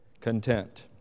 Content